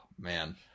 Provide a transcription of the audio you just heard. man